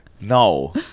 No